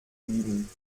üben